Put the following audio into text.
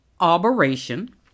aberration